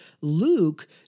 Luke